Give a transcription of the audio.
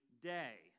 day